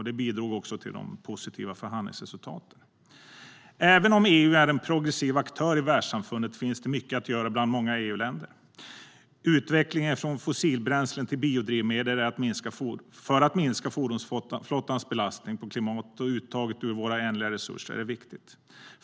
Det bidrog också till de positiva förhandlingsresultaten. Även om EU är en progressiv aktör i världssamfundet finns det mycket att göra i många EU-länder. En utveckling från fossilbränslen till biodrivmedel för att minska fordonsflottans belastning på klimatet och uttaget ur våra ändliga resurser är viktig.